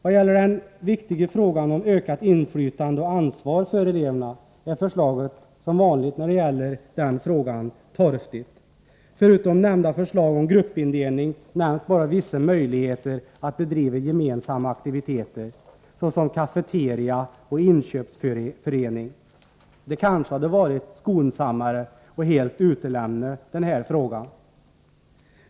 I den viktiga frågan om ökat inflytande och ansvar för eleverna är förslaget — som vanligt när det gäller den frågan — torftigt. Förutom förslaget om gruppindelning nämns bara vissa möjligheter att bedriva gemensamma aktiviteter, såsom cafeteria och inköpsförening. Det hade kanske varit skonsammare att helt utelämna denna fråga.